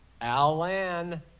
Alan